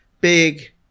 big